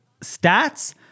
stats